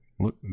look